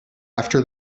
after